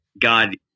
God